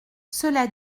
cela